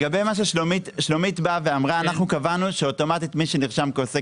שלומית אמרה: אנחנו קבענו שאוטומטית מי שנרשם כעוסק